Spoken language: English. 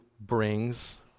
brings